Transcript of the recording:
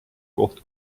koht